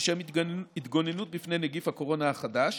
לשם התגוננות בפני נגיף הקורונה החדש